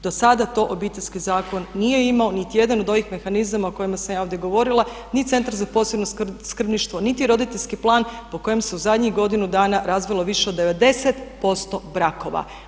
Do sada to Obiteljski zakon nije imao, niti jedan od ovih mehanizama o kojima sam ja ovdje govorila, ni Centar za posebno skrbništvo, niti roditeljski plan po kojem se u zadnjih godinu dana razvelo više od 90% brakova.